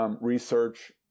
research